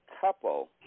couple